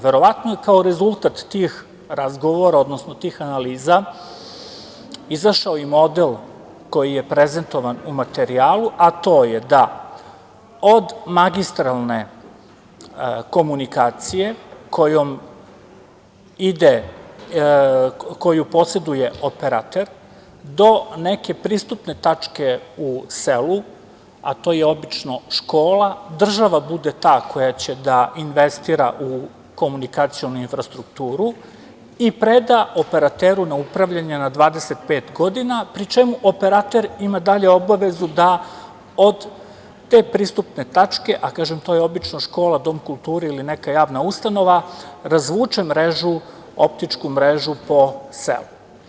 Verovatno je kao rezultat tih razgovora, odnosno tih analiza izašao i model koji je prezentovan u materijalu, a to je da od magistralne komunikacije koju poseduje operater do neke pristupne tačke u selu, a to je obično škola, država bude ta koja će da investira u komunikacionu infrastrukturu i preda operateru na upravljanje na 25 godina, pri čemu operater ima dalje obavezu da od te pristupne tačke, a kažem to je obično škola, dom kulture ili neka javna ustanova, razvuče mrežu, optičku mrežu po selu.